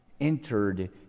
entered